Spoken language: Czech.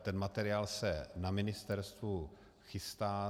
Ten materiál se na ministerstvu chystá.